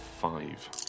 five